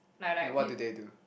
and what do they do